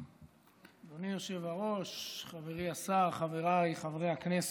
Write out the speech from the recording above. אדוני היושב-ראש, חברי השר, חבריי חברי הכנסת,